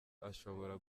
ashobora